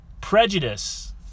prejudice